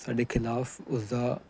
ਸਾਡੇ ਖਿਲਾਫ ਉਸਦਾ